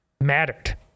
mattered